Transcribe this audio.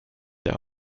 der